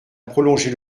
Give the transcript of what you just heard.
prolonger